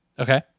Okay